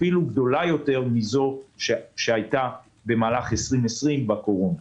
אפילו גדולה יותר מזו שהייתה במהלך שנת 2020 בקורונה.